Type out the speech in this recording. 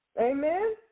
Amen